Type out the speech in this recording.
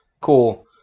Cool